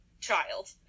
child